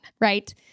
right